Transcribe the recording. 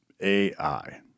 AI